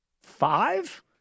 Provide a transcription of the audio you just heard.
Five